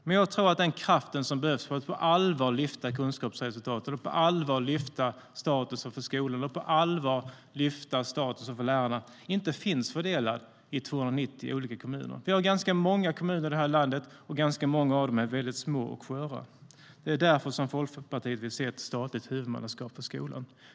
Men jag tror inte att den kraft som behövs för att på allvar lyfta kunskapsresultaten, statusen för skolan och statusen för lärarna finns fördelad i 290 olika kommuner. Vi har ganska många kommuner i det här landet, och ganska många av dem är väldigt små och sköra. Det är därför Folkpartiet vill se ett statligt huvudmannaskap för skolan.